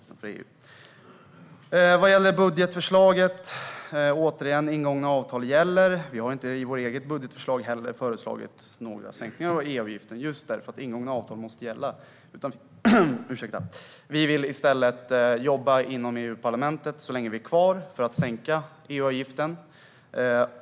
Återigen, vad gäller budgetförslaget: Ingångna avtal gäller. Vi har inte föreslagit någon sänkning av EU-avgiften i vårt eget budgetförslag, just för att ingångna avtal måste gälla. Vi vill i stället jobba inom EU-parlamentet, så länge vi är kvar, för att sänka EU-avgiften.